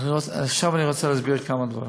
עכשיו אני רוצה להסביר כמה דברים.